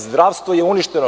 Zdravstvo je uništeno.